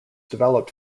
developed